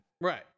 Right